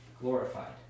glorified